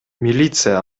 милиция